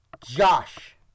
Josh